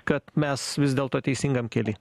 kad mes vis dėlto teisingam kely